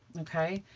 okay?